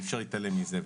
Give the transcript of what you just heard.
אי-אפשר להתעלם מזה.